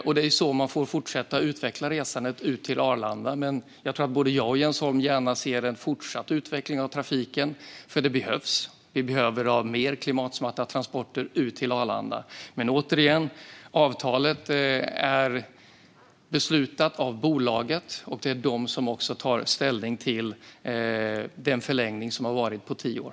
Och det är så man får fortsätta att utveckla resandet ut till Arlanda. Jag tror att både jag och Jens Holm gärna ser en fortsatt utveckling av trafiken, för det behövs. Vi behöver ha mer klimatsmarta transporter ut till Arlanda. Men återigen: Avtalet är beslutat av bolaget. Det är också bolaget som tagit ställning till förlängningen med tio år.